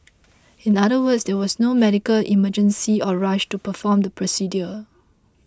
in other words there was no medical emergency or rush to perform the procedure